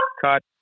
cut